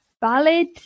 valid